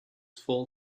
full